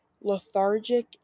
lethargic